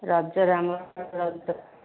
ରଜରେ ଆମର ରଜ